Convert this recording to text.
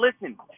listen